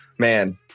man